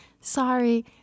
Sorry